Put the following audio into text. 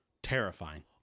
terrifying